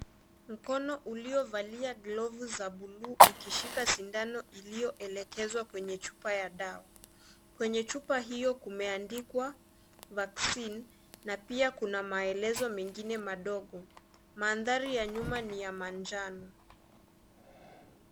Mkono uliovalia glavu za bluu ukishika sindano iliyoelekezwa kwenye chupa ya dawa. Kwenye chupa hiyo kumeandikwa vaccine na pia kuna maelezo mengine madogo. Mandhari ya nyuma ni ya manjano.